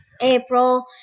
April